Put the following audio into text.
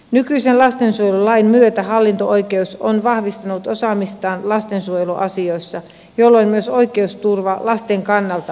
nykyisen lastensuojelulain myötä hallinto oikeus on vahvistanut osaamistaan lastensuojeluasioissa jolloin myös oikeusturva lasten kannalta on parantunut